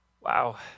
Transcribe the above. wow